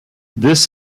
this